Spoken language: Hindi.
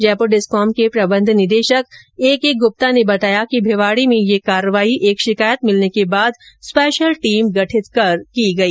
जयपुर डिस्कॉम के प्रबंध निदेशक ए के गुप्ता ने बताया कि भिवाडी में ये कार्रवाई एक शिकायत मिलने के बाद स्पेशल टीम गठित कर की गई